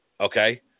Okay